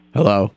Hello